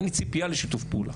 אין לי ציפייה לשיתוף פעולה,